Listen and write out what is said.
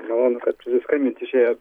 malonu kad priskambint išėjo